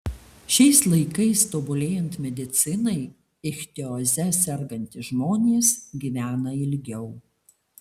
šiais laikais tobulėjant medicinai ichtioze sergantys žmonės gyvena ilgiau